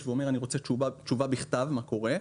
ואומר שהוא רוצה תשובה בכתב כדי לדעת מה קורה,